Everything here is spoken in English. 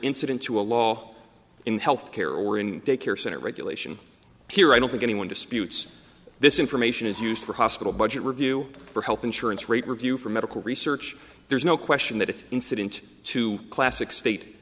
incident to a law in health care or in daycare center regulation here i don't think anyone disputes this information is used for hospital budget review for health insurance rate review for medical research there's no question that it's incident to classic state